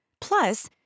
Plus